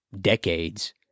decades